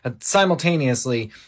simultaneously